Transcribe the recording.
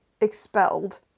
expelled